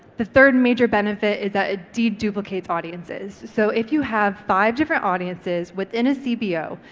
the third major benefit is that a de-duplicates audiences. so if you have five different audiences within a cbo,